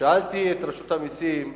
שאלתי את רשות המסים,